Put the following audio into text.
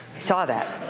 saw that.